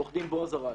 עורך דין בעז ארד.